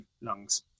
lungs